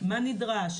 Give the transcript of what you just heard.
מה נדרש,